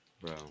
bro